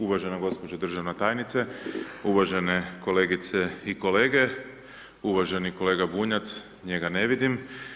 Uvažena gđo. državna tajnice, uvažene kolegice i kolege, uvaženi kolega Bunjac, njega ne vidim.